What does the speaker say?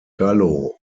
gallo